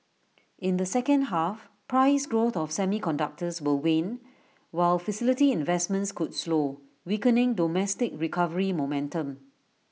in the second half price growth of semiconductors will wane while facility investments could slow weakening domestic recovery momentum